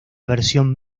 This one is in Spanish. versión